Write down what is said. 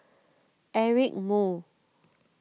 Eric Moo